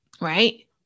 right